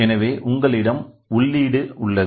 எனவே உங்களிடம் உள்ளீடு உள்ளது